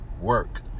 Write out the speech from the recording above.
work